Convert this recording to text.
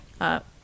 up